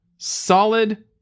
Solid